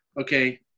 okay